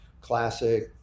classic